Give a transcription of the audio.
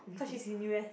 cause she's in U_S